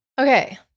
okay